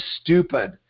stupid